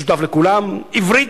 משותף לכולם, עברית,